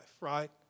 right